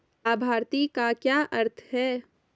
लाभार्थी का क्या अर्थ है?